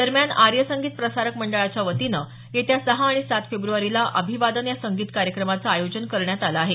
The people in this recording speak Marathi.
दरम्यान आर्य संगीत प्रसारक मंडळाच्या वतीनं येत्या सहा आणि सात फेब्रुवारीला अभिवादन या संगीत कार्यक्रमाचं आयोजन करण्यात आलं आहे